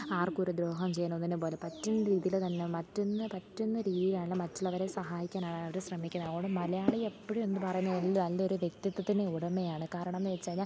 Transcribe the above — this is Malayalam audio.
ആർക്കും ഒരു ദ്രോഹവും ചെയ്യാനോ ഒന്നിനും പോവില്ല പറ്റുന്ന രീതിയിൽ തന്നെ മറ്റുന്ന പറ്റുന്ന രീതിയിലാണ് മറ്റുള്ളവരെ സഹായിക്കാൻ അവർ ശ്രമിക്കുന്നത് അതുകൊണ്ട് മലയാളി എപ്പോഴും എന്ന് പറയുന്നത് എല്ലാ എന്തൊരു വ്യക്തിത്വത്തിന് ഉടമയാണ് കാരണം എന്ന് വെച്ചുകഴിഞ്ഞാൽ